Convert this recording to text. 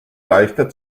leichter